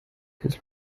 his